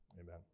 Amen